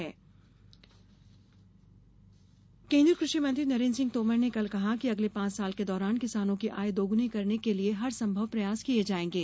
किसान आय केन्द्रीय कृषि मंत्री नरेन्द्र सिंह तोमर ने कल कहा कि अगले पांच साल के दौरान किसानों की आय दौगुनी करने के लिये हर संभव प्रयास किये जाएंगे